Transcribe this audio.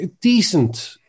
decent